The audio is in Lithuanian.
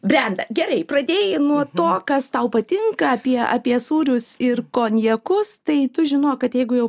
brenda gerai pradėjai nuo to kas tau patinka apie apie sūrius ir konjakus tai tu žinok kad jeigu jau